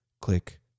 Click